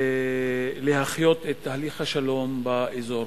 להחיות את תהליך השלום באזור.